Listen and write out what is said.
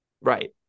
Right